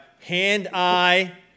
hand-eye